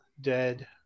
dead